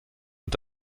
und